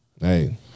Hey